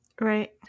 Right